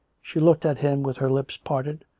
she looked at him with her lips parted,